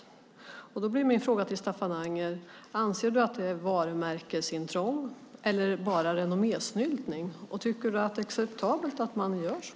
Min fråga till Staffan Anger är: Anser du att det är varumärkesintrång eller bara renommésnyltning? Tycker du att det är acceptabelt att man gör så?